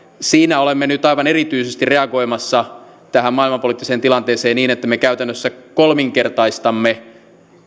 siinä olemme nyt aivan erityisesti reagoimassa tähän maailmanpoliittiseen tilanteeseen niin että me käytännössä kolminkertaistamme